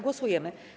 Głosujemy.